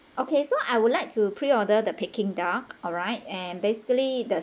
okay so I would like to pre order the peking duck alright and basically does